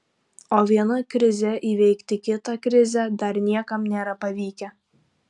o viena krize įveikti kitą krizę dar niekam nėra pavykę